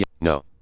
No